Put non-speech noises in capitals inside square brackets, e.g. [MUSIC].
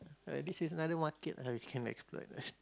ah this is another market lah we can exploit [NOISE]